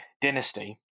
dynasty